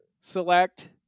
select